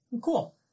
Cool